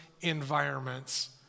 environments